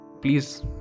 please